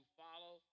follow